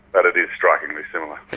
but it is strikingly similar.